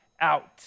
out